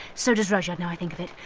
so does rudyard, now i think of it.